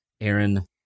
Aaron